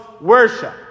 worship